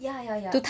ya ya ya